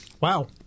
Wow